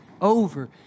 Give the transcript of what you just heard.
Over